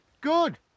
Good